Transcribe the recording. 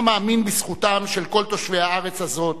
המאמין בזכותם של כל תושבי הארץ הזאת,